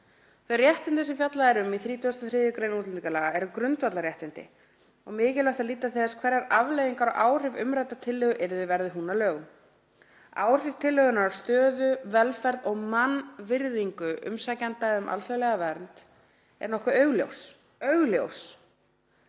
Þau réttindi sem fjallað er um í 33. gr. útlendingalaga eru grundvallarréttindi og mikilvægt að líta til þess hverjar afleiðingar og áhrif umræddrar tillögu yrðu, verði hún að lögum. Áhrif tillögunnar á stöðu, velferð og mannvirðingu umsækjenda um alþjóðlega vernd eru nokkuð augljós.“ — augljós,